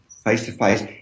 face-to-face